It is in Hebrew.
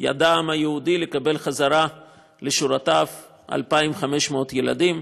ידע העם היהודי לקבל חזרה לשורותיו 2,500 יהודים.